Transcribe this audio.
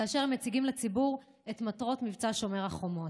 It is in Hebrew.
כאשר הם מציגים לציבור את מטרות מבצע שומר החומות,